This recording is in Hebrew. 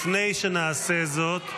לפני שנעשה זאת,